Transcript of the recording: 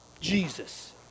Jesus